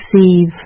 receive